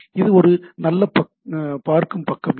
இது ஒரு நல்ல பார்க்கும் பக்கம் இல்லை